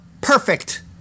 perfect